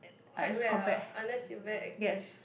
quite bad ah unless you very active